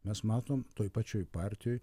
mes matom toj pačioj partijoj